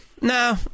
No